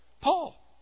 Paul